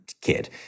kid